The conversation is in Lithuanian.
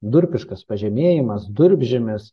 durpiškas pažemėjimas durpžemis